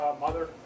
mother